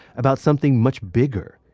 about something much bigger.